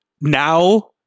now